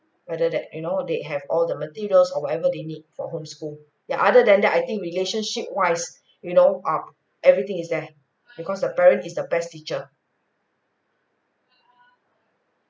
whether that you know they have all the materials or whatever they need for home school yeah other than that I think relationship wise you know um everything is there because the parent is the best teacher